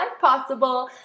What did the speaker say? possible